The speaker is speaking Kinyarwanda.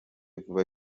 vuba